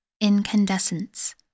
incandescence